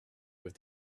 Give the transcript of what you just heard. with